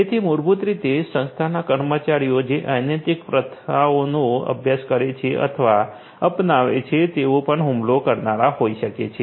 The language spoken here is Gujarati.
તેથી મૂળભૂત રીતે સંસ્થાના કર્મચારીઓ જે અનૈતિક પ્રથાઓનો અભ્યાસ કરે છે અથવા અપનાવે છે તેઓ પણ હુમલો કરનારા હોઈ શકે છે